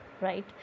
right